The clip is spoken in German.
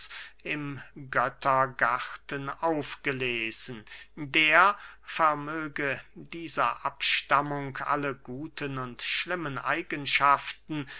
im göttergarten aufgelesen der vermöge dieser abstammung alle guten und schlimmen eigenschaften